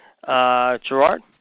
Gerard